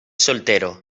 soltero